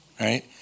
right